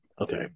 Okay